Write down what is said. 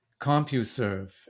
CompuServe